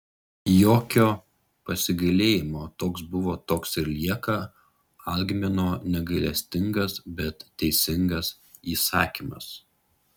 jokio pasigailėjimo toks buvo toks ir lieka algmino negailestingas bet teisingas įsakymas